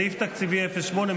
סעיף תקציבי 08,